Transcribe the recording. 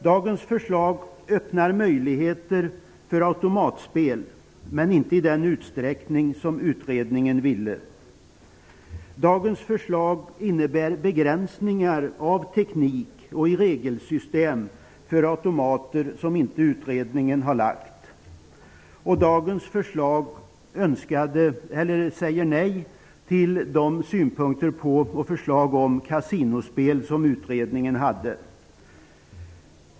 Dagens förslag öppnar möjligheter för automatspel, men inte i den utsträckning som utredningen önskade. Dagens förslag innehåller begränsningar i teknik och i regelsystem för automater som utredningen inte angav. I dagens förslag säger man nej till de synpunkter på och förslag om kasinospel som utredningen hade.